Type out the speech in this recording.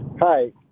hi